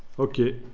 okay,